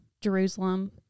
jerusalem